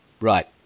Right